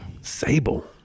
Sable